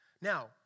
Now